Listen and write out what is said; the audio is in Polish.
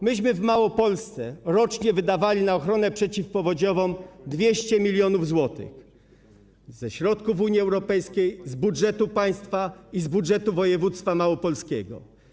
My w Małopolsce rocznie wydawaliśmy na ochronę przeciwpowodziową 200 mln zł, ze środków Unii Europejskiej, z budżetu państwa i z budżetu województwa małopolskiego.